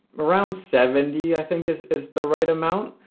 around seventy i think is is the right amount.